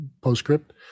postscript